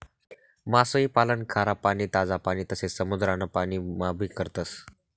मासोई पालन खारा पाणी, ताज पाणी तसे समुद्रान पाणी मान भी करतस